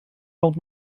rownd